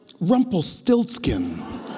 Rumpelstiltskin